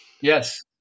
Yes